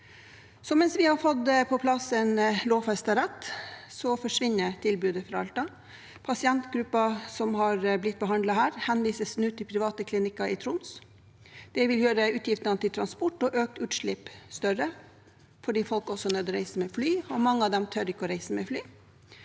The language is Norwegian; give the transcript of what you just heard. Mens vi har fått på plass en lovfestet rett, forsvinner tilbudet fra Alta. Pasientgruppen som har blitt behandlet her, henvises nå til private klinikker i Troms. Det vil gjøre utgiftene til transport større og gi økt utslipp fordi folk også er nødt til å reise med fly. Mange av dem tør ikke å reise med fly.